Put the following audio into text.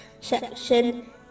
section